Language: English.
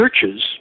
churches